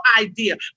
idea